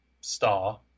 star